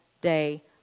day